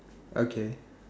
okay